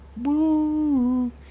woo